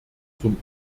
zum